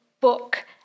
book